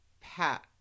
Pat